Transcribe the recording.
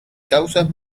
causas